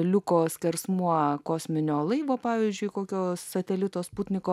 liuko skersmuo kosminio laivo pavyzdžiui kokio satelito sputniko